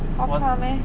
!wah! pa meh